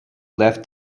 left